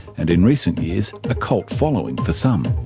and in recent years a cult following for some.